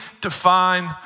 define